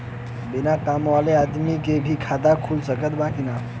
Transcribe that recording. बिना काम वाले आदमी के भी खाता खुल सकेला की ना?